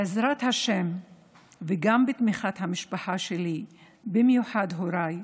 בעזרת השם וגם בתמיכת המשפחה שלי, במיוחד הוריי,